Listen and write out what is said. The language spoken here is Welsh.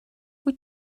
wyt